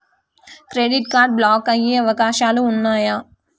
Credit card block అయ్యే అవకాశాలు ఉన్నయా?